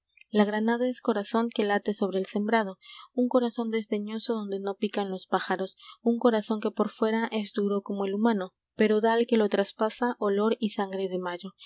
la granada es corazón que late sobre el sembrado un corazón desdeñoso donde no pican los pájaros un corazón que por fuera es duro como el humano pero da al que lo traspasa olor y sangre de mayo